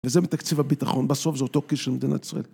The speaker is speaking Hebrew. וזה מתקציב הביטחון, בסוף זה אותו כיס של מדינת ישראל.